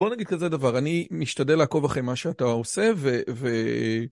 בוא נגיד כזה דבר, אני משתדל לעקוב אחרי מה שאתה עושה, ו...